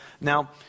now